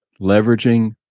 leveraging